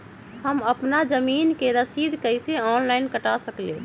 हम अपना जमीन के रसीद कईसे ऑनलाइन कटा सकिले?